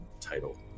title